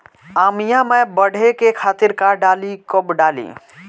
आमिया मैं बढ़े के खातिर का डाली कब कब डाली?